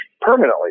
permanently